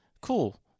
Cool